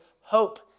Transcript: hope